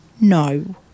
no